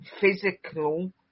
physical